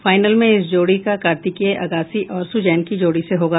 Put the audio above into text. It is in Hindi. फाइनल में इस जोड़ी का कार्तिकेय अगासी और सुजैन की जोड़ी से होगा